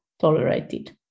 tolerated